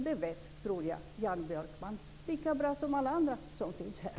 Det vet Jan Björkman lika bra som alla andra här.